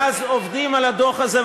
מאז עובדים על הדוח הזה,